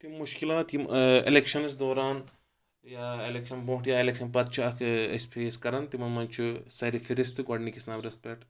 تِم مُشکِلات یِم ایٚلیٚکشَنَس دوران یا الؠکشن برونٹھ یا الؠکشن پَتہٕ چھ اکھ أسۍ فیس کَران تِمو منٛز چھُ سَر فِرست گۄڈنِکِس نَمبرَس پؠٹھ